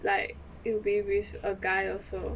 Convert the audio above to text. like it'll be with a guy also